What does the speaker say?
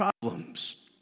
problems